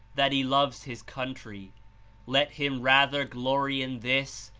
that he loves his country let him rather glory in this,